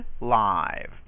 live